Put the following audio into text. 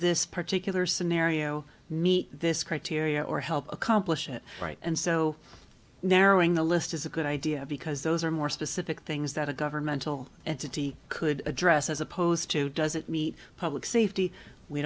this particular scenario meet this criteria or help accomplish it right and so narrowing the list is a good idea because those are more specific things that a governmental entity could address as opposed to does it meet public safety we